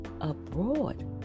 abroad